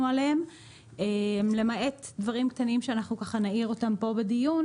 עליהם למעט דברים קטנים שאנחנו נעיר אותם פה בדיון.